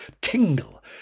tingle